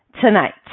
tonight